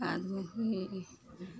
आदमी किएक नहि अबय छै